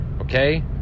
Okay